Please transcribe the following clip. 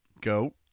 Go